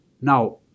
Now